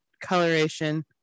coloration